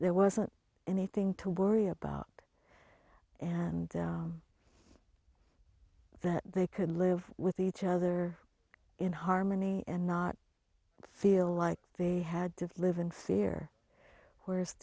there wasn't anything to worry about and that they could live with each other in harmony and not feel like they had to live in fear where